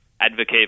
advocate